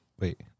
wait